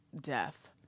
death